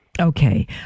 Okay